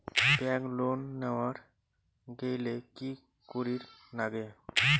Bank loan নেওয়ার গেইলে কি করীর নাগে?